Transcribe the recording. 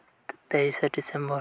ᱛᱮᱭᱤᱥᱮ December